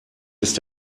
ist